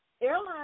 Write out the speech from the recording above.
Airlines